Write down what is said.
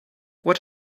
what